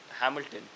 Hamilton